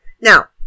Now